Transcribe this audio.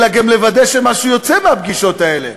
אלא גם לוודא שמשהו יוצא מהפגישות האלה,